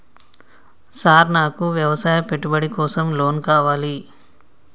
Sir నాకు వ్యవసాయ పెట్టుబడి కోసం లోన్ కావాలి?